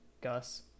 Gus